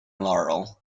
laurel